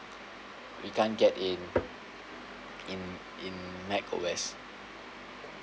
we can't get in in mac O_S